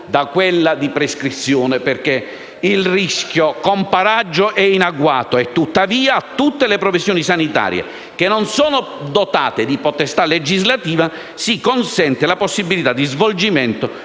da quella di prescrizione, perché il rischio comparaggio è in agguato. Tuttavia, alle professioni sanitarie non dotate di potestà legislativa si consente la possibilità di svolgimento